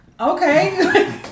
Okay